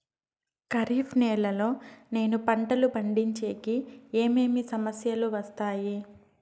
ఖరీఫ్ నెలలో నేను పంటలు పండించేకి ఏమేమి సమస్యలు వస్తాయి?